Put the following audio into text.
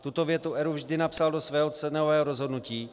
Tuto větu ERÚ vždy napsal do svého cenového rozhodnutí.